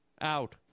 Out